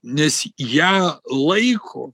nes ją laiko